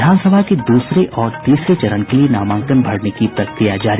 विधानसभा के दूसरे और तीसरे चरण के लिये नामांकन भरने की प्रक्रिया जारी